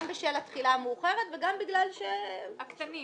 גם בשל התחילה המאוחרת וגם בגלל שבכלל אין עליהם רישוי --- הקטנים.